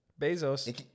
Bezos